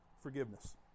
forgiveness